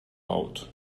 out